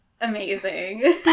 amazing